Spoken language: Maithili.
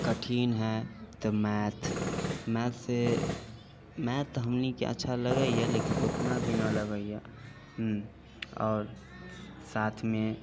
कठिन है तऽ मैथ मैथसँ मैथ हमनिके अच्छा लगैए लेकिन उतना भी नहि लगैए आओर साथमे